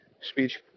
speech